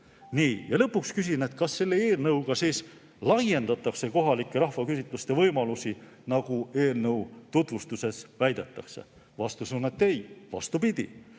olla. Lõpuks küsin: kas selle eelnõuga laiendatakse kohalike rahvaküsitluste võimalusi, nagu eelnõu tutvustuses väidetakse? Vastus on ei, vastupidi.